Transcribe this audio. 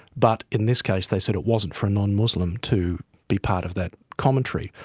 but in this case they said it wasn't for a non-muslim to be part of that commentary.